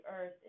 earth